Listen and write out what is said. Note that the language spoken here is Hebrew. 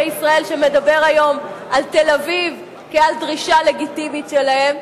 ישראל שמדבר היום על תל-אביב כעל דרישה לגיטימית שלהם,